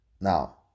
Now